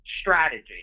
strategy